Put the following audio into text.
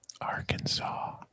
Arkansas